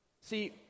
see